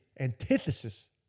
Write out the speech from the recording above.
Antithesis